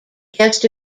guest